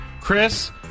Chris